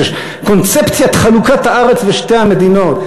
שיש להם את קונספציית חלוקת הארץ לשתי המדינות.